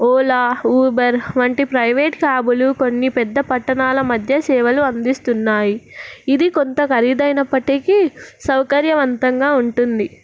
Ola Uber వంటి private క్యాబులు కొన్ని పెద్ద పట్టణాల మధ్య సేవలు అందిస్తున్నాయి ఇది కొంత ఖరీదైనప్పటికీ సౌకర్యవంతంగా ఉంటుంది